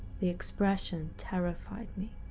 the expression terrified me.